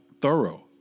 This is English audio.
thorough